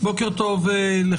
בוקר טוב לכולם.